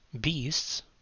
beasts